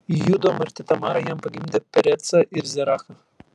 judo marti tamara jam pagimdė perecą ir zerachą